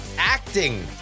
acting